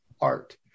art